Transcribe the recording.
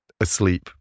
asleep